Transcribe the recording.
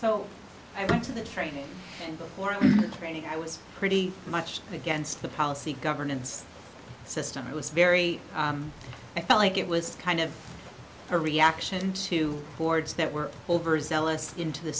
so i went to the training for training i was pretty much against the policy governance system it was very i felt like it was kind of a reaction to boards that were overzealous into the